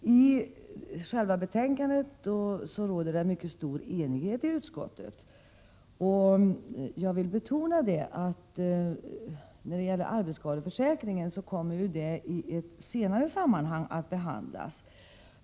I utskottet har stor enighet rått om skrivningarna. Frågan om arbetsskadeförsäkringen kommer att behandlas i ett senare sammanhang.